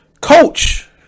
coach